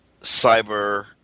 cyber –